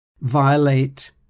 violate